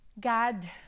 God